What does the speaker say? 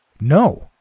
No